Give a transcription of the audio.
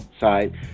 side